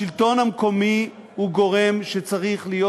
השלטון המקומי הוא גורם שצריך להיות